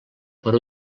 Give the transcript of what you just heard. per